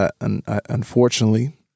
unfortunately